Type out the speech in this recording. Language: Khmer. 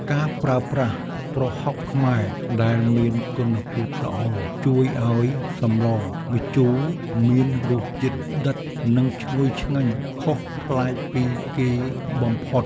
ការប្រើប្រាស់ប្រហុកខ្មែរដែលមានគុណភាពល្អជួយឱ្យសម្លម្ជូរមានរសជាតិដិត និងឈ្ងុយឆ្ងាញ់ខុសប្លែកពីគេបំផុត។